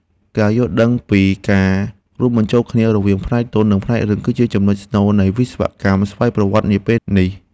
ការយល់ដឹងពីការរួមបញ្ចូលគ្នារវាងផ្នែកទន់និងផ្នែករឹង គឺជាចំនុចស្នូលនៃវិស្វកម្មស្វ័យប្រវត្តិកម្មនាពេលនេះ។